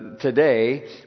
today